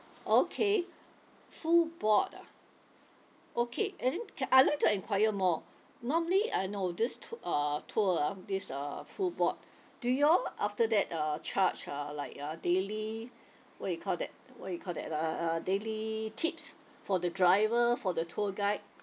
okay full board ah okay and then K I'd like to enquire more normally uh I know this tou~ uh tour ah this uh full board do you all after that uh charge uh like uh daily what you call that what you call that uh uh daily tips for the driver for the tour guide